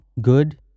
good